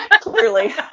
clearly